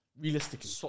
Realistically